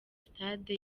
stade